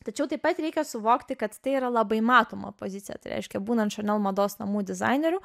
tačiau taip pat reikia suvokti kad tai yra labai matoma pozicija tai reiškia būnant chanel mados namų dizaineriu